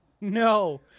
No